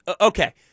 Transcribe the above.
Okay